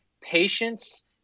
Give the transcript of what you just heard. patience